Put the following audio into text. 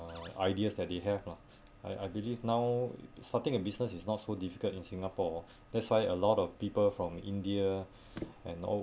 ideas that they have lah I I believe now starting a business is not so difficult in singapore that's why a lot of people from india and all